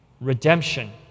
Redemption